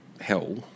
hell